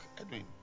Edwin